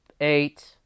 Eight